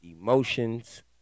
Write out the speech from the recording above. emotions